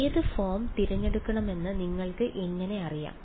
ഏത് ഫോം തിരഞ്ഞെടുക്കണമെന്ന് നിങ്ങൾക്ക് എങ്ങനെ അറിയാം